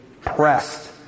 Pressed